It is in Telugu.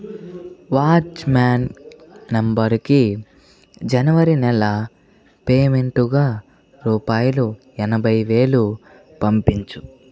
వాచ్మ్యాన్ నంబరుకి జనవరి నెల పేమెంటుగా రూపాయలు ఎనభై వేలు పంపించుము